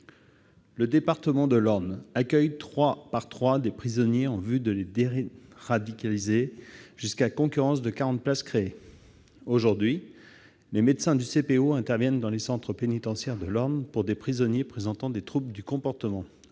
Le département de l'Orne accueille trois par trois des prisonniers en vue de les « déradicaliser », jusqu'à concurrence des quarante places créées. Aujourd'hui, les médecins du CPO interviennent dans les centres pénitentiaires de l'Orne auprès de prisonniers présentant des troubles du comportement